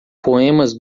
poemas